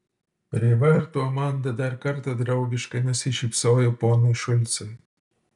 prie vartų amanda dar kartą draugiškai nusišypsojo ponui šulcui